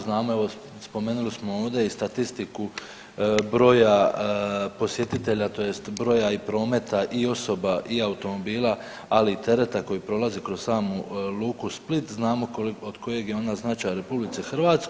Znamo evo spomenuli smo ovdje i statistiku broja posjetitelja tj. broja i prometa i osoba i automobila, ali i tereta koji prolazi kroz samu luku Split, znamo od kojeg je ona značaja RH.